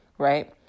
Right